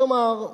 כלומר,